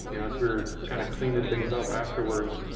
yeah as we were kind of cleaning things up afterwards.